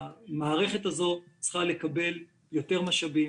המערכת הזו צריכה לקבל יותר משאבים,